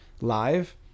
live